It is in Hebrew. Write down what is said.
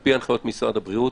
לפי החלטת משרד הבריאות,